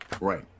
Right